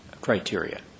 criteria